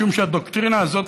משום שהדוקטרינה הזאת,